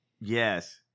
Yes